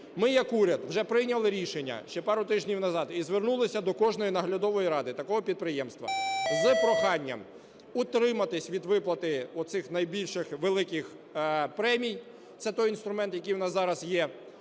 Ми як уряд вже прийняли рішення ще пару тижнів назад і звернулися до кожної наглядової ради такого підприємства з проханням утриматись від виплати оцих найбільших великих премій, це той інструмент, який у нас зараз є,